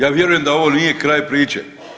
Ja vjerujem da ovo nije kraj priče.